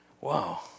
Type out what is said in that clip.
Wow